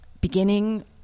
beginning